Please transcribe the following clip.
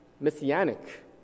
messianic